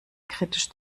kritisch